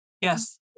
Yes